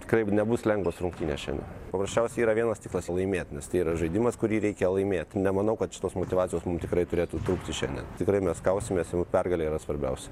tikrai nebus lengvos rungtynės šiandien paprasčiausiai yra vienas tikslas laimėt nes tai yra žaidimas kurį reikia laimėt nemanau kad šitos motyvacijos mum tikrai turėtų trūkti šiandien tikrai mes kausimės ir mum pergalė yra svarbiausia